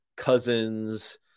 cousins